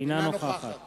אינה נוכחת